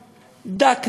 אבל היא, דווקא